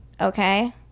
okay